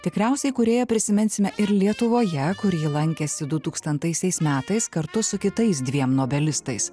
tikriausiai kūrėją prisiminsime ir lietuvoje kur ji lankėsi du tūkstantaisiais metais kartu su kitais dviem nobelistais